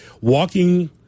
walking